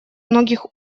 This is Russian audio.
многих